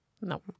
No